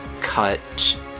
cut